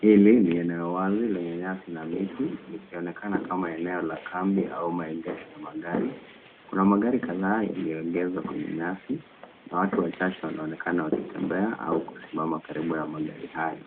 Hili ni eneo wazi yenye nyasi na miti likionekana kama eneo la kambi au maegesho ya magari. Kuna magari kadhaa yaliyoegeshwa kwenye nyasi na watu wachache wanaonekana wakitembea au kusimama karibu na magari hayo.